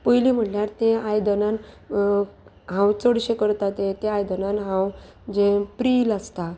पयलीं म्हणल्यार तें आयदनान हांव चडशें करता तें ते आयदनान हांव जें प्रिल आसता